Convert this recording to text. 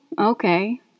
okay